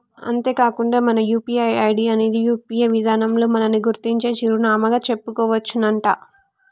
అంతేకాకుండా మన UPI ID అనేది యూ.పీ.ఐ విధానంలో మనల్ని గుర్తించే చిరునామాగా చెప్పుకోవచ్చునంట